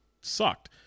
sucked